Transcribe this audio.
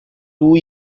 two